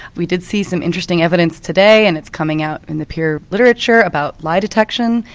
we did see some interesting evidence today and it's coming out in the peer literature about lie detection,